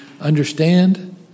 understand